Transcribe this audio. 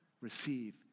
receive